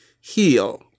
heal